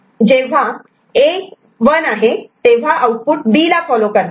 आणि जेव्हा A 1 आहे तेव्हा आउटपुट B ला फॉलो करते